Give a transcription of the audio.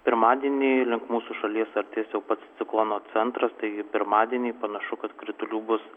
pirmadienį link mūsų šalies artės jau pats ciklono centras taigi pirmadienį panašu kad kritulių bus